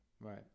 Right